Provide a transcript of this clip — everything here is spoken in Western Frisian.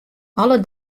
alle